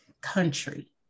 country